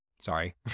sorry